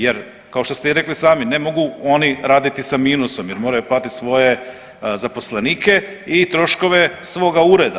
Jer kao što ste i rekli sami ne mogu oni raditi sa minusom jer moraju platiti svoje zaposlenike i troškove svoga ureda.